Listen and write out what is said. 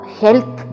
health